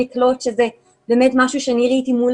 לקלוט שזה באמת משהו שאני ראיתי מול